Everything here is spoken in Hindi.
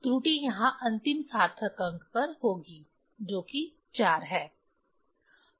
इसलिए त्रुटि यहां अंतिम सार्थक अंक पर होगी जो कि 4 है